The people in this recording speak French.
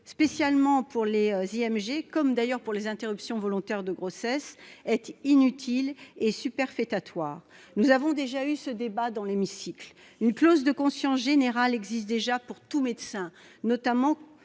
spécialement pour les IMG, comme d'ailleurs pour les IVG, est inutile et superfétatoire. Nous avons déjà eu ce débat dans l'hémicycle. Une clause de conscience générale existe déjà pour tout médecin, comme